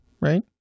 right